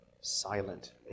silent